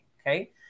okay